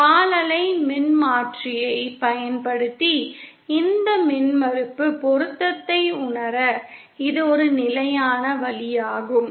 கால் அலை மின்மாற்றியைப் பயன்படுத்தி இந்த மின்மறுப்பு பொருத்தத்தை உணர இது ஒரு நிலையான வழியாகும்